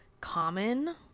common